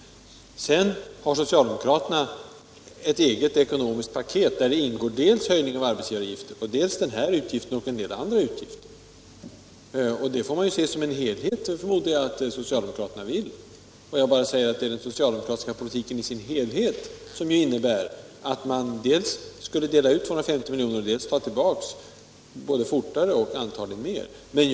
Därutöver har socialdemokraterna emellertid utarbetat ett eget ekonomiskt paket, i vilket ingår dels en höjning av arbetsgivaravgiften, dels den nu aktuella utgiften och en del andra. Man får se detta som en helhetslösning, och jag förmodar också att det är vad socialdemokraterna önskar. Den socialdemokratiska politiken innebär i sin helhet att man dels skall dela ut 250 miljoner, dels i snabbare takt ta tillbaka medel, förmodligen mera än denna summa.